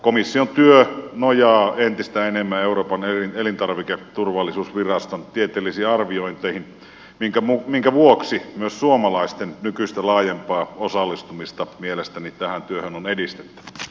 komission työ nojaa entistä enemmän euroopan elintarviketurvallisuusviraston tieteellisiin arviointeihin minkä vuoksi myös suomalaisten nykyistä laajempaa osallistumista tähän työhön on mielestäni edistettävä